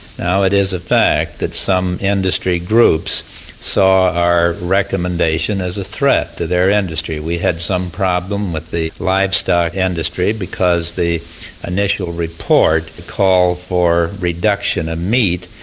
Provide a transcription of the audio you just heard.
now, it is a fact that some industry groups saw our recommendation as a threat to their industry. we had some problem with the livestock industry because the initial report called for reduction of meat.